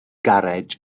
garej